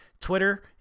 Twitter